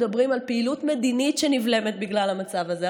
אנחנו מדברים על פעילות מדינית שנבלמת בגלל המצב הזה,